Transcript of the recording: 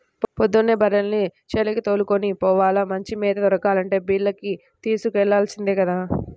పొద్దున్నే బర్రెల్ని చేలకి దోలుకొని పోవాల, మంచి మేత దొరకాలంటే బీల్లకు తోలుకెల్లాల్సిందే గదా